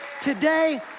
today